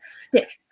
stiff